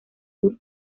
sur